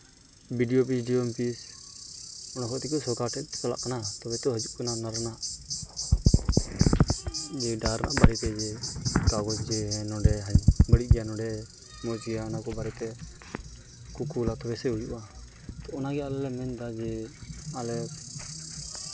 B D O office D M office ᱚᱱᱟ ᱠᱷᱚᱱ ᱛᱮᱜᱮ ᱥᱚᱨᱠᱟᱨ ᱴᱷᱮᱱ ᱪᱟᱞᱟᱜ ᱠᱟᱱᱟ ᱛᱚᱵᱮ ᱛᱚ ᱦᱤᱡᱩᱜ ᱠᱟᱱᱟ ᱚᱱᱟ ᱨᱮᱱᱟᱜ ᱡᱮ ᱰᱟᱦᱟᱨ ᱨᱮᱱᱟᱜ ᱵᱟᱨᱮ ᱛᱮ ᱡᱮ ᱟᱵᱚ ᱡᱮ ᱱᱚᱰᱮ ᱵᱟᱹᱲᱤᱡ ᱜᱮᱭᱟ ᱱᱚᱰᱮ ᱢᱚᱡᱽ ᱜᱮᱭᱟ ᱚᱱᱟᱠᱚ ᱵᱟᱨᱮᱛᱮ ᱟᱠᱚ ᱠᱚ ᱚᱞᱟ ᱛᱚᱵᱮᱥᱮ ᱦᱩᱭᱩᱜᱼᱟ ᱚᱱᱟᱜᱮ ᱟᱞᱮ ᱞᱮ ᱢᱮᱱ ᱮᱫᱟ ᱡᱮ ᱟᱞᱮ